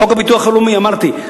חוק הביטוח הלאומי אמרתי,